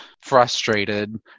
frustrated